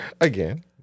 Again